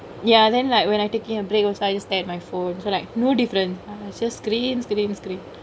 ya then like when I takingk a break on started state my food tonight no different it's just greens bitty mystery